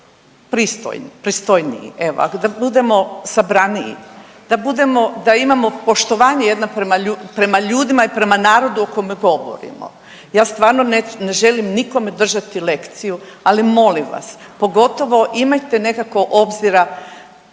pristojniji, evo da budemo sabraniji, da budemo, da imamo poštovanje jedna prema, prema ljudima i prema narodu o kome govorimo. Ja stvarno ne želim nikome držati lekciju, ali molim vas, pogotovo imajte nekako obzira